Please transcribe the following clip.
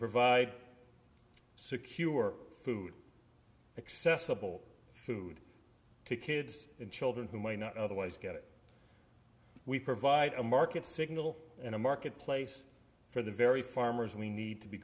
provide secure food accessible food to kids and children who might not otherwise get it we provide a market signal in a marketplace for the very farmers we need to be